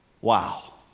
Wow